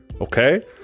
Okay